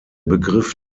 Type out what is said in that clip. begriff